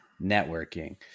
networking